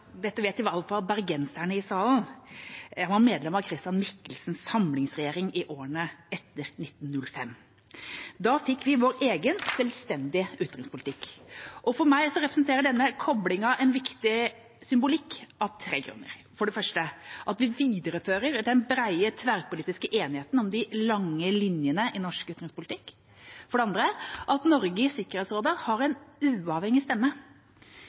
dette vet i alle fall bergenserne i salen – medlem av Christian Michelsens samlingsregjering i årene etter 1905. Da fikk vi vår egen, selvstendige utenrikspolitikk. For meg representerer denne koblingen en viktig symbolikk av tre grunner: at vi viderefører den brede tverrpolitiske enigheten om de lange linjer i norsk utenrikspolitikk at Norge i Sikkerhetsrådet har en uavhengig stemme